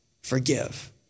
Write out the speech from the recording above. forgive